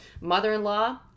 mother-in-law